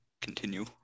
continue